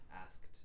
asked